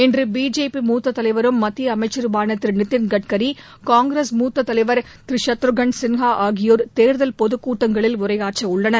இன்று பிஜேபி முத்த தலைவரும் மத்திய அமைச்சருமான திரு நிதின் கட்கரி காங்கிரஸ் முத்த தலைவர் திரு சத்ருகன் சின்ஹா ஆகியோர் தேர்தல் பொதுக்கூட்டங்களில் உரையாற்றவுள்ளனர்